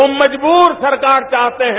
वो मजबूर सरकार चाहते है